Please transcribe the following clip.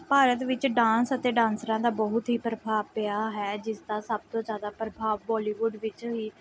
ਭਾਰਤ ਵਿੱਚ ਡਾਂਸ ਅਤੇ ਡਾਂਸਰਾਂ ਦਾ ਬਹੁਤ ਹੀ ਪ੍ਰਭਾਵ ਪਿਆ ਹੈ ਜਿਸ ਦਾ ਸਭ ਤੋਂ ਜ਼ਿਆਦਾ ਪ੍ਰਭਾਵ ਬੋਲੀਵੁੱਡ ਵਿੱਚ ਵੀ